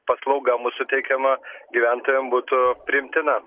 paslauga mu suteikiama gyventojam būtų priimtina